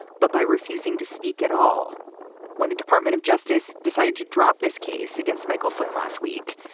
but by refusing to speak at all when the department of justice decided to drop this case against michael flynn last week.